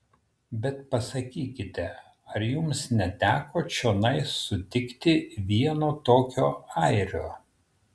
bet pasakykite ar jums neteko čionai sutikti vieno tokio airio